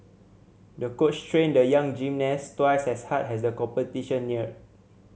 the coach trained the young gymnast twice as hard as the competition neared